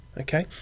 okay